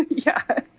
yeah,